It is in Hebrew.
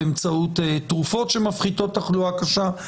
באמצעות תרופות שמפחיתות תחלואה קשה,